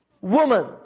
Woman